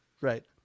right